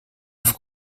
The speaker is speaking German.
auf